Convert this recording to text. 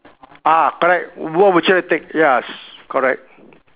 ah correct what would you like to take yes correct